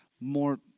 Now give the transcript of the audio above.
more